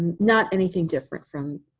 not anything different from